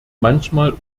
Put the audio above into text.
manchmal